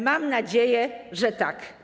Mam nadzieję, że tak.